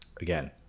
again